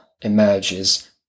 emerges